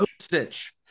stitch